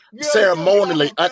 ceremonially